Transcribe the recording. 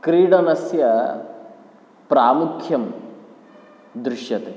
क्रीडनस्य प्रामुख्यं दृश्यते